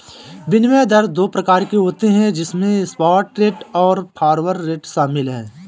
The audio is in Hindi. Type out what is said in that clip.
विनिमय दर दो प्रकार के होते है जिसमे स्पॉट रेट और फॉरवर्ड रेट शामिल है